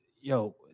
yo